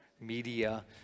media